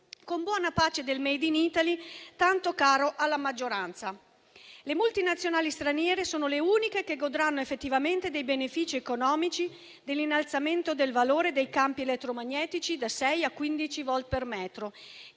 con buona pace del *made in Italy*, tanto caro alla maggioranza. Le multinazionali straniere sono le uniche che godranno effettivamente dei benefici economici dell'innalzamento del valore dei campi elettromagnetici da 6 a 15 volt per metro